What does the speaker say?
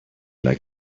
like